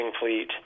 fleet